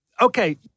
okay